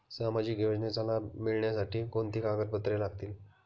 सामाजिक योजनेचा लाभ मिळण्यासाठी कोणती कागदपत्रे लागतील?